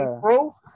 bro